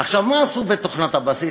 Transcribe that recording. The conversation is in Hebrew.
עכשיו, מה עשו בתוכנת הבסיס?